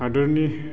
हादोरनि